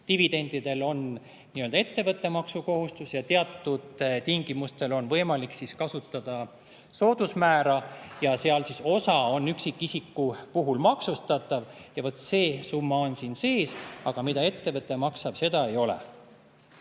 Dividendidel on ettevõtte maksukohustus ja teatud tingimustel on võimalik kasutada soodusmäära. Siis on osa neist üksikisiku puhul maksustatav. Ja vaat see summa on siin sees, aga seda, mida ettevõte maksab, ei ole.